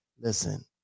Listen